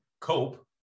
cope